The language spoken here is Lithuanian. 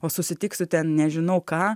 o susitiksiu ten nežinau ką